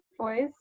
voice